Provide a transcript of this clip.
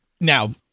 Now